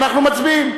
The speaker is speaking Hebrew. אנחנו מצביעים.